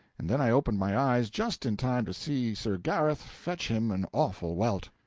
and then i opened my eyes just in time to see sir gareth fetch him an awful welt,